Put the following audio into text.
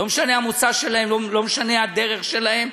לא משנה המוצא שלהם, לא משנה הדרך שלהם.